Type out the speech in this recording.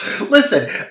Listen